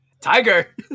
Tiger